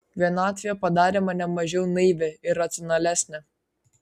vienatvė padarė mane mažiau naivią ir racionalesnę